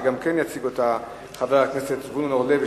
שגם אותה יציג חבר הכנסת זבולון אורלב,